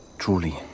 Truly